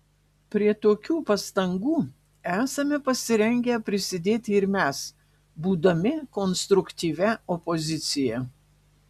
prie tokių pastangų esame pasirengę prisidėti ir mes būdami konstruktyvia opozicija